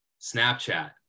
Snapchat